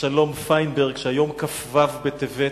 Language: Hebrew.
אבשלום פיינברג, שהיום, כ"ו בטבת,